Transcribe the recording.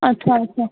अच्छा अच्छा